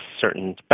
certain